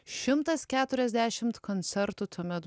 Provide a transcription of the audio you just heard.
šimtas keturiasdešimt koncertų tuomet